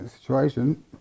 situation